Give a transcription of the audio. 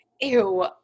Ew